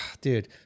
Dude